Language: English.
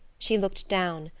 she looked down,